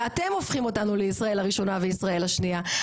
ואתם הופכים אותנו לישראל הראשונה וישראל השנייה,